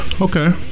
Okay